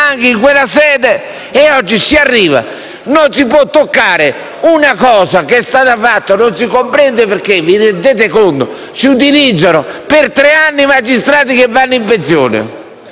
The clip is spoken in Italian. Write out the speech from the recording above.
non si può toccare una cosa che è stata fatta, non si comprende perché. Vi rendete conto che per tre anni si utilizzano i magistrati che vanno in pensione